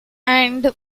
and